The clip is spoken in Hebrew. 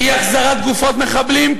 אי-החזרת גופות מחבלים,